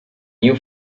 new